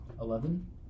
Eleven